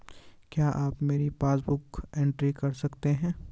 क्या आप मेरी पासबुक बुक एंट्री कर सकते हैं?